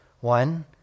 One